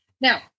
now